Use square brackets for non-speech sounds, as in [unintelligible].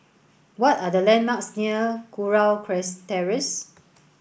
what are the landmarks near Kurau [unintelligible] Terrace